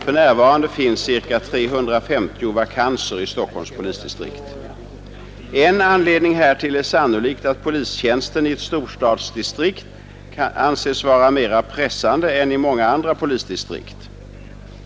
För närvarande finns ca 350 vakanser i Stockholms polisdistrikt. En anledning härtill är sannolikt att polistjänsten i ett storstadsdistrikt anses vara mer pressande än i många andra polisdistrikt.